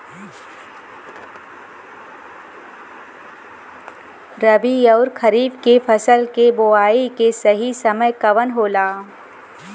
रबी अउर खरीफ के फसल के बोआई के सही समय कवन होला?